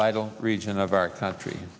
vital region of our country